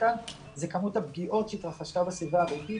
כאן זאת כמות הפגיעות שהתרחשה בסביבה הביתית.